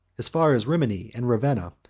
as far as rimini and ravenna,